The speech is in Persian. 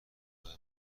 راه